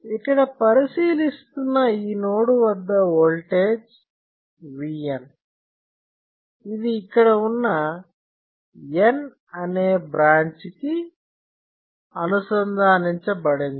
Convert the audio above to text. ఇక్కడ పరిశీలిస్తున్న ఈ నోడు వద్ద ఓల్టేజ్ Vn ఇది ఇక్కడ ఉన్న N అనే బ్రాంచ్ కి అనుసంధానించబడింది